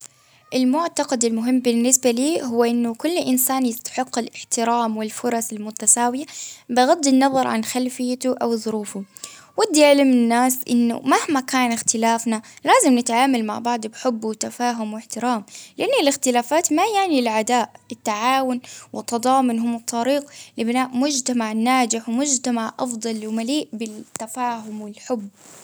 المعتقد المهم بالنسبة لي هو إن كل إنسان يستحق الإحترام والفرص المتساوية، بغض النظر عن خلفيته أو ظروفه، وديال من الناس إنه مهما كان إختلافنا لازم نتعامل مع بعض بحب وتفاهم وإحترام، لإن الإختلافات ما يعني العداء بالتعاون، وتضامنهم طريق لبناء مجتمع ناجح، ومجتمع أفضل ومليء بالتفاهم والحب.